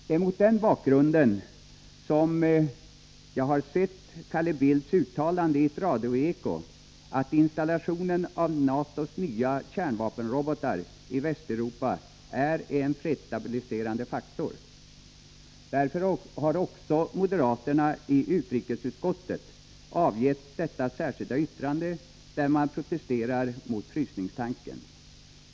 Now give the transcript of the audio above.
Det är mot denna bakgrund som jag har sett Carl Bildts uttalande i ett radioeko att installationen av NATO:s nya kärnvapenrobotar i Västeuropa är en fredsstabiliserande faktor. Därför har också moderaterna i utrikesutskottet avgett sitt särskilda yttrande, där de protesterar mot frysningstanken.